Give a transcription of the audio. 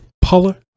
Paula